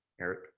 eric